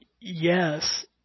yes